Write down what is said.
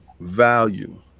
Value